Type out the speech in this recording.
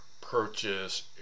purchase